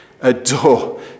adore